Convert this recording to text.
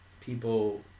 people